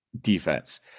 defense